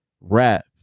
rap